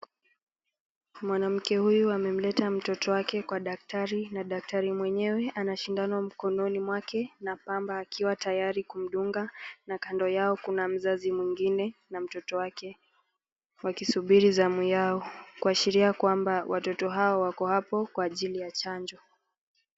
Mwanamke huyu amemleta mtoto wake Kwa daktari, na daktari mwenyewe ana shindano mkononi mwake, na pamba akiwa tayari kumdunga, na kando yao kuna mzazi mwingine na mtoto wake. Wakisubiri zamu yao kuashiria kwamba watoto hao wako hapo kwa ajili ya chanjo.